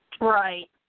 Right